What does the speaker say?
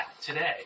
today